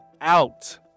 out